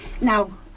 Now